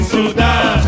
Sudan